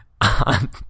on